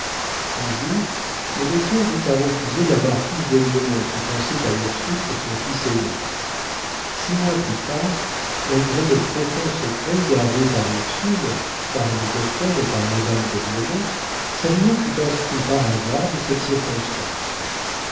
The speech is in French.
un jour le docteur eut à refuser la marquise d'aiglemont qui pensait à ursule pour son fils aîné six mois plus tard malgré le profond secret gardé par ursule par le docteur et par madame d'aiglemont savinien fut instruit par hasard de cette circonstance